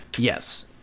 Yes